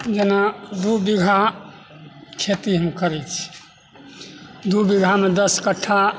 जेना दू बिघा खेती हम करैत छियै दू बिघामे दश कट्ठा